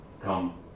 come